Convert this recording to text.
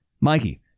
Mikey